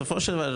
אז בסופו של דבר,